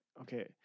okay